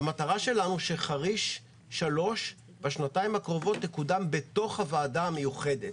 המטרה שלנו שחריש 3 תקודם בשנתיים הקרובות בתוך הוועדה המיוחדת.